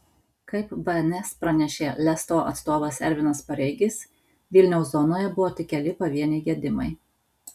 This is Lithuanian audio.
kaip bns pranešė lesto atstovas ervinas pareigis vilniaus zonoje buvo tik keli pavieniai gedimai